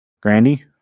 Grandy